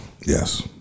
Yes